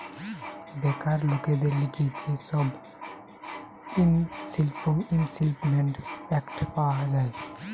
বেকার লোকদের লিগে যে সব ইমল্পিমেন্ট এক্ট পাওয়া যায়